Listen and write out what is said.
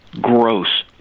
gross